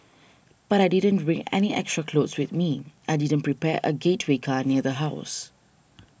but I didn't bring any extra clothes with me I didn't prepare a getaway car near the house